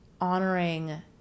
honoring